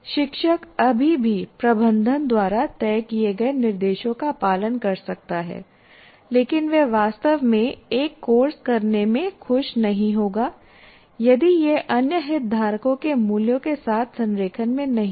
शिक्षक अभी भी प्रबंधन द्वारा तय किए गए निर्देशों का पालन कर सकता है लेकिन वह वास्तव में एक कोर्स करने में खुश नहीं होगा यदि यह अन्य हितधारकों के मूल्यों के साथ संरेखण में नहीं है